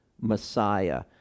Messiah